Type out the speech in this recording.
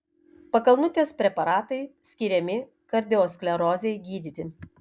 pakalnutės preparatai skiriami kardiosklerozei gydyti